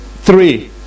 three